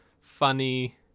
funny